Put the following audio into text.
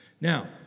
Now